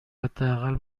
حداقل